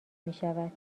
میشود